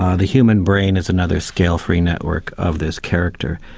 ah the human brain is another scale-free network of this character.